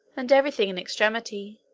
and everything in extremity.